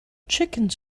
chickens